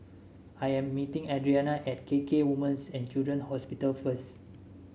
I am meeting Adrianna at K K Women's and Children's Hospital first